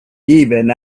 even